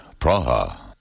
Praha